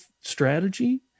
strategy